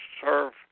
serve